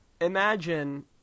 Imagine